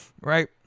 right